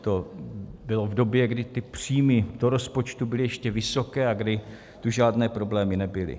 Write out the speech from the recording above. To bylo v době, kdy ty příjmy do rozpočtu byly ještě vysoké a kdy tu žádné problémy nebyly.